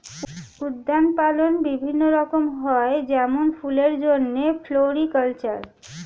উদ্যান পালন বিভিন্ন রকম হয় যেমন ফুলের জন্যে ফ্লোরিকালচার